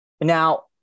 Now